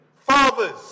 fathers